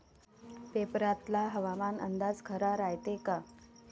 पेपरातला हवामान अंदाज खरा रायते का?